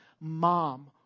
mom